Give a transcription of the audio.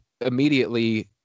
immediately